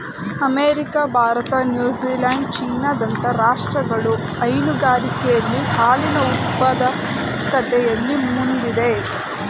America, Bharat, New Zealand, China ದಂತ ರಾಷ್ಟ್ರಗಳು ಹೈನುಗಾರಿಕೆಯಲ್ಲಿ ಹಾಲಿನ ಉತ್ಪಾದಕತೆಯಲ್ಲಿ ಮುಂದಿದೆ